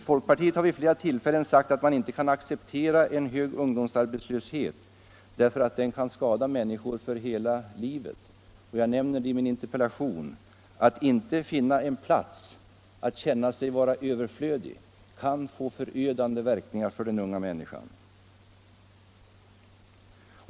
Folkpartiet har vid flera tillfällen sagt att man inte kan acceptera en hög ungdomsarbetslöshet därför att den kan skada människor för hela livet, och jag nämner också detta i min interpellation. Att inte finna en plats, att känna sig överflödig är något som kan få en förödande verkan på den unga människan.